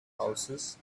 houses